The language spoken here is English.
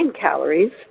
calories